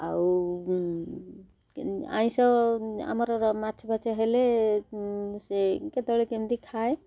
ଆଉ ଆଇଁଷ ଆମର ମାଛ ଫାଛ ହେଲେ ସେ କେତେବେଳେ କେମିତି ଖାଏ